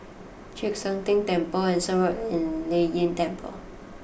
Chek Sian Tng Temple Anson Road and Lei Yin Temple